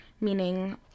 meaning